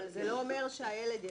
אבל זה לא אומר שהילד יגיע.